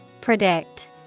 Predict